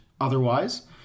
otherwise